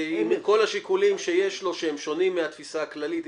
כל השיקולים שיש לו שהם שונים מהתפיסה הכללית.